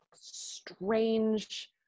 strange